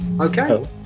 okay